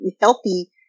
healthy